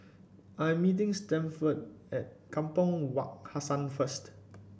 I am meeting Stanford at Kampong Wak Hassan first